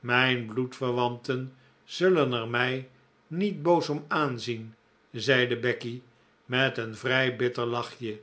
mijn bloedverwanten zullen er mij niet boos om aanzien zeide becky met een vrij bitter lachje